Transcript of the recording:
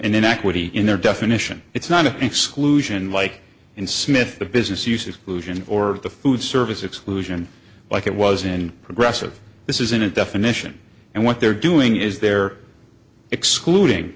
inequity in their definition it's not an exclusion like in smith the business use exclusion or the food service exclusion like it was in progressive this isn't a definition and what they're doing is they're excluding